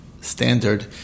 standard